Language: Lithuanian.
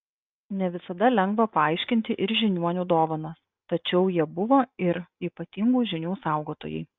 ne visada lengva paaiškinti ir žiniuonių dovanas tačiau jie buvo ir ypatingų žinių saugotojai